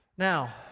Now